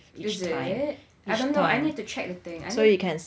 is it I don't know I need to check the thing I need